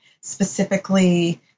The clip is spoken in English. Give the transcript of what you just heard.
specifically